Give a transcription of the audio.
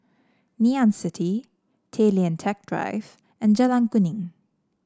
Ngee Ann City Tay Lian Teck Drive and Jalan Kuning